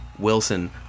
Wilson